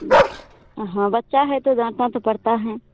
हाँ बच्चा है तो डाँटना तो पड़ता है